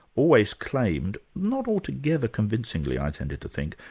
always claimed, not altogether convincingly i tended to think,